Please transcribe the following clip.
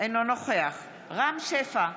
אינו נוכח רם שפע,